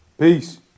Peace